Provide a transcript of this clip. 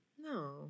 no